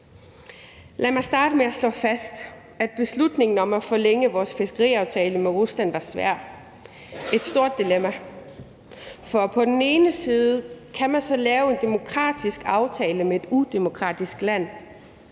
Lad mig starte med at slå fast, at beslutningen om at forlænge vores fiskeriaftale med Rusland var svær. Det var et stort dilemma. For på den ene side kan man så lave en demokratisk aftale med et udemokratisk land,